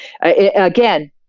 again